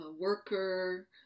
worker